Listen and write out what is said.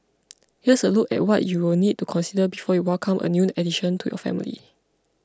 here's a look at what you will need to consider before you welcome a new addition to your family